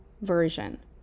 version